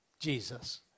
Jesus